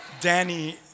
Danny